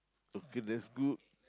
okay that's good